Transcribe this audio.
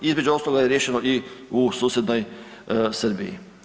Između ostalog je riješeno i u susjednoj Srbiji.